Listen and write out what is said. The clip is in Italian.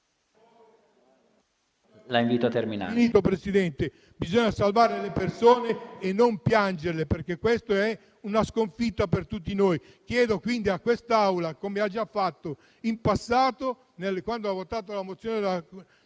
La invito a terminare.